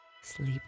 Sleep